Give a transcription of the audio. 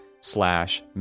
slash